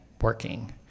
working